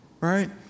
Right